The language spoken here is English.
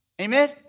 amen